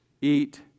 Eat